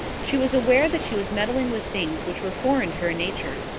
she was aware that she was meddling with things which were foreign to her nature,